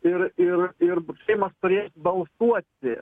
ir ir ir seimas turės balsuoti